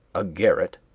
a garret,